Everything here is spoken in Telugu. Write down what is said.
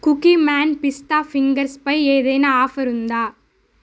కుకీమ్యాన్ పిస్తా ఫింగర్స్పై ఏదైనా ఆఫర్ ఉందా